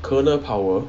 kernel power